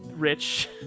rich